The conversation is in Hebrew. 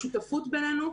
השותפות בינינו,